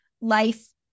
Life